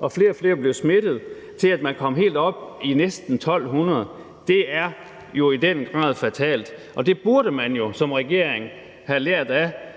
og flere og flere blev smittet, til tallet nåede helt op på næsten 1.200, vil jeg sige, at det jo i den grad er fatalt. Og det burde man jo som regering have lært af,